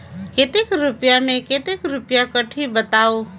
कतेक रुपिया मे कतेक रुपिया कटही बताव?